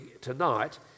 tonight